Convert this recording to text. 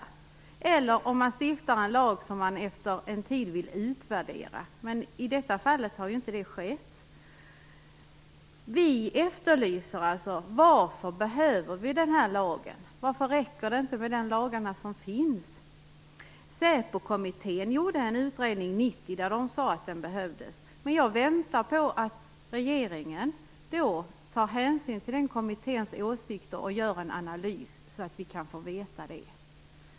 Man kan också tänka sig att man stiftar en lag som man efter en tid vill utvärdera, men i detta fall har ju inte det skett. Vi undrar alltså varför vi behöver den här lagen. Varför räcker det inte med de lagar som finns? Säpokommittén gjorde en utredning 1990 i vilken den sade att lagen behövdes, men jag väntar på att regeringen skall ta hänsyn till den kommitténs åsikter och gör en analys så att vi kan få veta något.